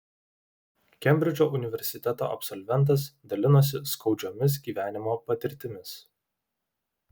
kembridžo universiteto absolventas dalinosi skaudžiomis gyvenimo patirtimis